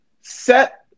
set